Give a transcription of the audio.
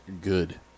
good